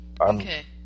Okay